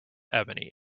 ebony